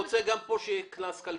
אני רוצה שגם כאן יהיה קנס כלכלי.